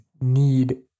need